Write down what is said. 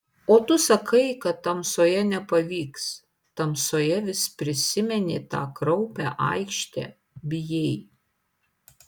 o tu sakai kad tamsoje nepavyks tamsoje vis prisimeni tą kraupią aikštę bijai